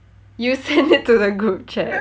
you sent it to the group chat